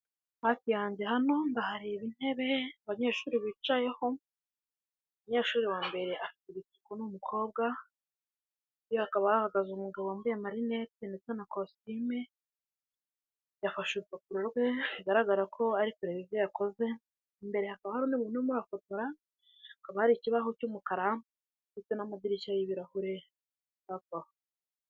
Hafi yanjye hano ndahareba intebe abanyeshuri bicayeho, umunyeshuri wa mbere afite ibisuko ni umukobwa hakaba hahagaze umugabo wambaye amarinete ndetse na kositime yafashe urupapuro rwe bigaragara ko ari televiziyo yakoze, imbere hakaba hari n'umuntu urimo urafotora, hakaba hari ikibaho cy'umukara ndetse n'amadirishya y'ibirahure hafi aho.